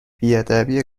بیادبی